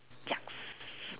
yucks